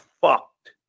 fucked